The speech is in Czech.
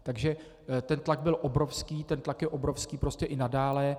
Takže ten tlak byl obrovský, ten tlak je obrovský prostě i nadále.